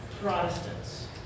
Protestants